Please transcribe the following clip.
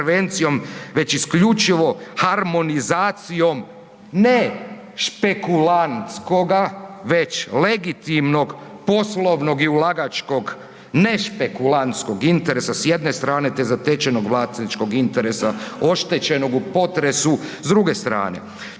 već isključivo harmonizacijom ne špekulantskoga već legitimnog poslovnog i ulagačkog ne špekulantskog interesa s jedne strane, te zatečenog vlasničkog interesa oštećenog u potresu s druge strane.